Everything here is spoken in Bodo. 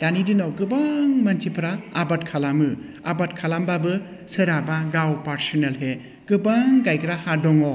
दानि दिनाव गोबां मानसिफ्रा आबाद खालामो आबाद खालामबाबो सोरहाबा गाव पारसनेलि गोबां गायग्रा हा दङ